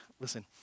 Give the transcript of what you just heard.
Listen